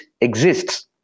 exists